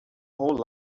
whole